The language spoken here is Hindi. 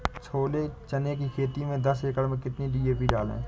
छोले चने की खेती में दस एकड़ में कितनी डी.पी डालें?